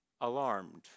Alarmed